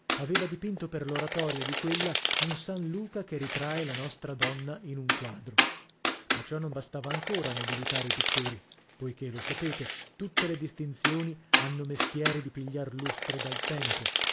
aveva dipinto per l'oratorio di quella un san luca che ritrae la nostra donna in un quadro ma ciò non bastava ancora a nobilitare i pittori poichè lo sapete tutte le distinzioni hanno mestieri di pigliar lustro dal tempo